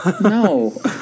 No